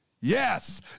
Yes